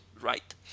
right